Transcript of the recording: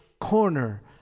corner